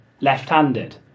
left-handed